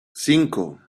cinco